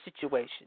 situation